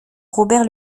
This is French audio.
robert